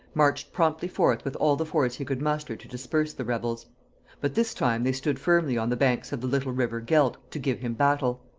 marched promptly forth with all the force he could muster to disperse the rebels but this time they stood firmly on the banks of the little river gelt, to give him battle.